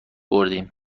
بردیم